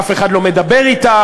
אף אחד לא מדבר אתה,